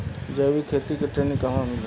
जैविक खेती के ट्रेनिग कहवा मिली?